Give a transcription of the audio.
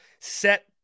set